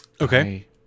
Okay